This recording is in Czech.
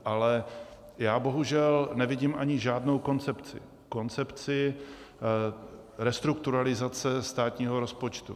Ale já bohužel nevidím ani žádnou koncepci koncepci restrukturalizace státního rozpočtu.